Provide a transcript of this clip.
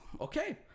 Okay